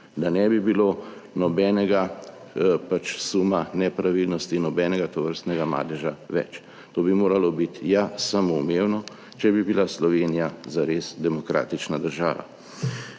da ne bi bilo nobenega pač suma nepravilnosti, nobenega tovrstnega madeža več. To bi moralo biti ja samoumevno, če bi bila Slovenija zares demokratična država.